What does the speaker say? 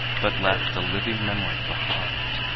but left a living memory behind,